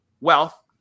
wealth